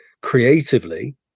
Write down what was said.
creatively